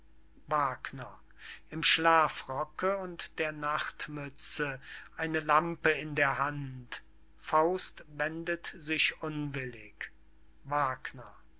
wagner im schlafrocke und der nachtmütze eine lampe in der hand faust wendet sich unwillig